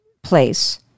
place